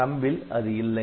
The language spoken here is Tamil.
THUMB ல் அது இல்லை